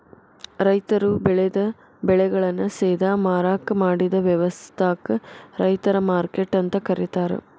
ರೈತರು ಬೆಳೆದ ಬೆಳೆಗಳನ್ನ ಸೇದಾ ಮಾರಾಕ್ ಮಾಡಿದ ವ್ಯವಸ್ಥಾಕ ರೈತರ ಮಾರ್ಕೆಟ್ ಅಂತ ಕರೇತಾರ